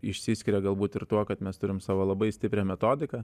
išsiskiria galbūt ir tuo kad mes turim savo labai stiprią metodiką